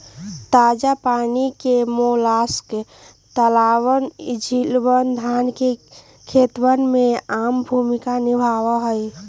ताजा पानी के मोलस्क तालाबअन, झीलवन, धान के खेतवा में आम भूमिका निभावा हई